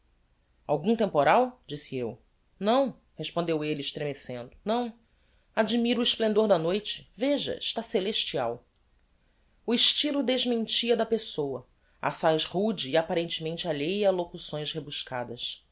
algum temporal disse eu não respondeu elle estremecendo não admiro o explendor da noite veja está celestial o estylo desmentia da pessoa assaz rude e apparentemente alheia a locuções rebuscadas